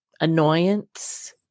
annoyance